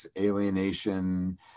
alienation